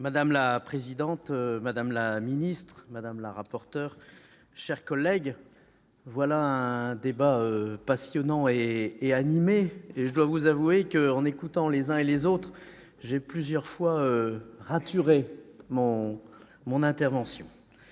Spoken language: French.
Madame la présidente, madame la ministre, madame la rapporteur, mes chers collègues, voilà un débat passionnant et animé. Je dois vous avouer que, en écoutant les uns et les autres, j'ai plusieurs fois raturé le texte de mon